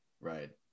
Right